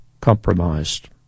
compromised